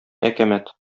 әкәмәт